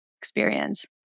experience